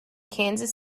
kansas